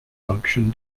function